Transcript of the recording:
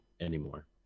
anymore